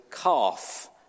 calf